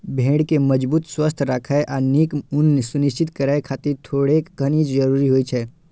भेड़ कें मजबूत, स्वस्थ राखै आ नीक ऊन सुनिश्चित करै खातिर थोड़ेक खनिज जरूरी होइ छै